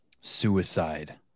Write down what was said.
suicide